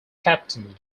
captain